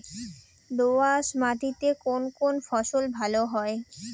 দোঁয়াশ মাটিতে কোন কোন ফসল ভালো হয়?